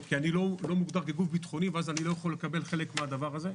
כי אני לא מוגדר כגוף ביטחוני ואז אני לא יכול לקבל חלק מהדבר הזה.